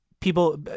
People